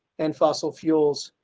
and fossil fuels